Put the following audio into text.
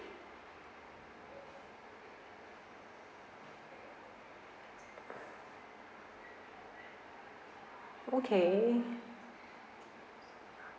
okay